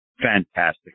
fantastic